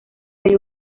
hay